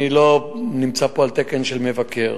אני לא נמצא פה על תקן של מבקר.